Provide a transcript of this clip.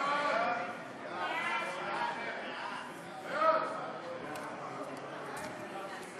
הצעת ועדת הכנסת להעביר את הצעת חוק עבודת נשים